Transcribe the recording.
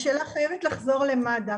השאלה חייבת לחזור למד"א.